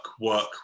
work